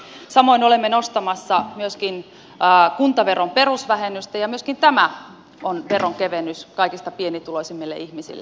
samoin olemme nostamassa myöskin kuntaveron perusvähennystä ja myöskin tämä on veronkevennys kaikista pienituloisimmille ihmisille